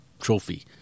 trophy